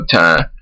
time